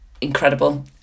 incredible